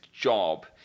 job